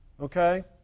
Okay